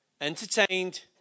entertained